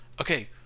okay